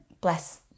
bless